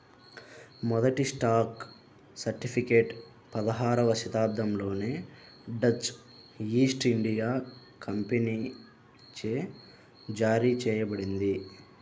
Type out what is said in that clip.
మొదటి stock certificate పదహారవ శతాబ్దంలోనే డచ్ ఈస్ట్ ఇండియా కంపెనీచే జారీ చేయబడింది